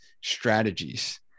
strategies